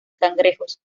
cangrejos